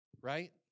Right